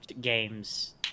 games